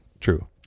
true